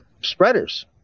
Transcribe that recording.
spreaders